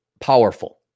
powerful